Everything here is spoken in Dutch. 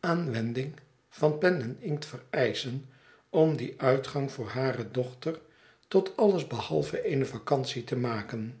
aanwending van pen en inkt vereischen om dien uitgang voor hare dochter tot alles behalve eene vacantie te maken